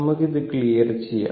നമുക്ക് അത് ക്ലിയർ ചെയ്യാം